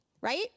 right